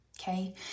Okay